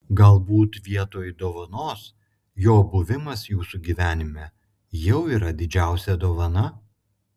galbūt vietoj dovanos jo buvimas jūsų gyvenime jau yra didžiausia dovana